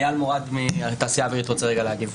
אייל מורד מהתעשייה האווירית רוצה רגע להגיב.